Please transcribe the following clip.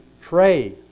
pray